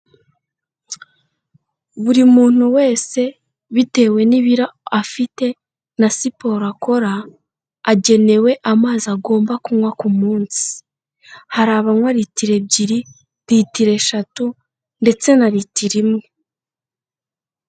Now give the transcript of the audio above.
Buri muntu wese bitewe n'ibiro afite na siporo akora, agenewe amazi agomba kunywa ku munsi, hari abanywa litiro ebyiri, litiro eshatu ndetse na litiro imwe.